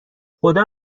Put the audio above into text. خدا